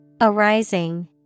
Arising